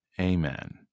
Amen